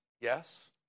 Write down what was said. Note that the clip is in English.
yes